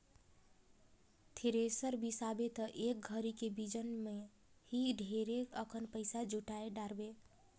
thresher बिसाबे त एक घरी के सिजन मे ही ढेरे अकन पइसा जुटाय डारबे